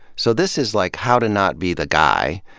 so this is like how to not be the guy,